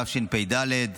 התשפ"ד,